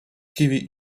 kiwi